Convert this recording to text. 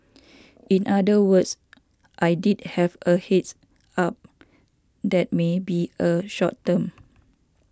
in other words I did have a heads up that may be a short term